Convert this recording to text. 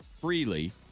freely